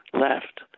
left